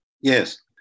Yes